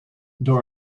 door